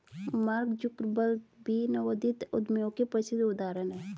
mark Zuckerberg भी नवोदित उद्यमियों के प्रसिद्ध उदाहरण हैं